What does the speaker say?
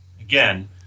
again